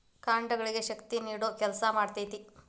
ಕಾಂಡಗಳಿಗೆ ಶಕ್ತಿ ನೇಡುವ ಕೆಲಸಾ ಮಾಡ್ತತಿ